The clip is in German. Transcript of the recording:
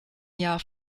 jahr